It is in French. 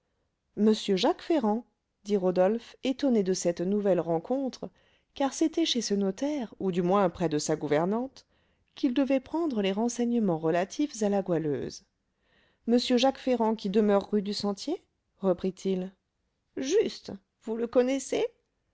m jacques ferrand dit rodolphe étonné de cette nouvelle rencontre car c'était chez ce notaire ou du moins près de sa gouvernante qu'il devait prendre les renseignements relatifs à la goualeuse m jacques ferrand qui demeure rue du sentier reprit-il juste vous le connaissez